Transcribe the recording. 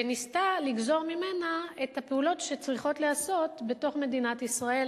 וניסתה לגזור ממנה את הפעולות שצריכות להיעשות בתוך מדינת ישראל